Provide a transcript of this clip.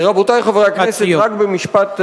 רבותי חברי הכנסת, רק במשפט אחרון,